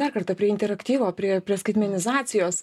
dar kartą prie interaktyvo prie prie skaitmenizacijos